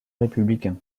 républicain